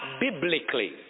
biblically